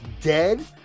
dead